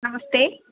नमस्ते